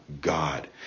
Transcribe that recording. God